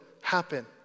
happen